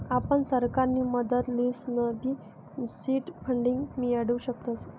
आपण सरकारनी मदत लिसनबी सीड फंडींग मियाडू शकतस